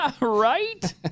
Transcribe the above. Right